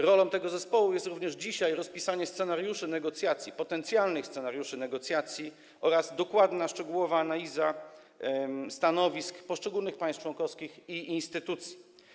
Rolą tego zespołu jest również dzisiaj rozpisanie scenariuszy negocjacji, potencjalnych scenariuszy negocjacji, oraz dokładna, szczegółowa analiza stanowisk poszczególnych państw członkowskich i instytucji.